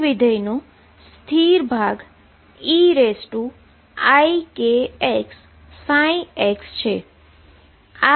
wave ફંક્શનનો static ભાગ eikxx છે